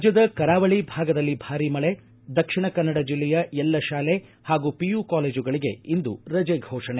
ರಾಜ್ಯದ ಕರಾವಳಿ ಭಾಗದಲ್ಲಿ ಭಾರೀ ಮಳೆ ದಕ್ಷಿಣ ಕನ್ನಡ ಜಿಲ್ಲೆಯ ಎಲ್ಲ ಶಾಲೆ ಹಾಗೂ ಪಿಯು ಕಾಲೇಜುಗಳಿಗೆ ಇಂದು ರಜೆ ಫೋಷಣೆ